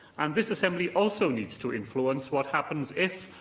and this assembly also needs to influence what happens if,